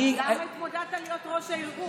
למה התמודדת להיות ראש הארגון?